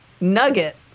nugget